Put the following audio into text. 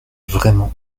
vraiment